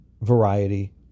variety